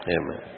Amen